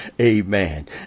amen